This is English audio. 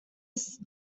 cast